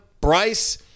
Bryce